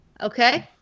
Okay